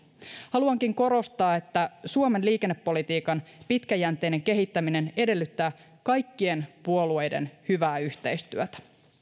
haluankin korostaa että suomen liikennepolitiikan pitkäjänteinen kehittäminen edellyttää kaikkien puolueiden hyvää yhteistyötä